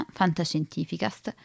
fantascientificast